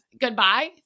goodbye